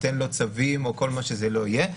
שניתן לו צווים או מה שזה לא יהיה.